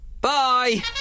bye